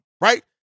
right